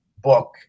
book